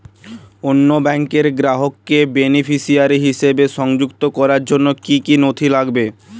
অন্য ব্যাংকের গ্রাহককে বেনিফিসিয়ারি হিসেবে সংযুক্ত করার জন্য কী কী নথি লাগবে?